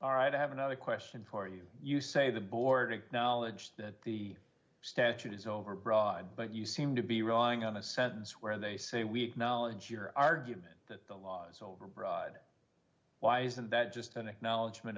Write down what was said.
all right i have another question for you you say the board acknowledged that the statute is overbroad but you seem to be wrong on a sentence where they say we knowledge your argument that the laws overbroad why isn't that just an acknowledgement